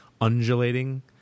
undulating